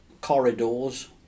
corridors